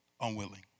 unwilling